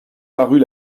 parut